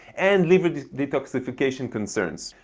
and liver detoxification concerns.